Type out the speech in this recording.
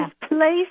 place